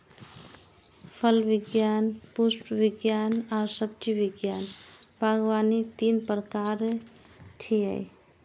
फल विज्ञान, पुष्प विज्ञान आ सब्जी विज्ञान बागवानी तीन प्रकार छियै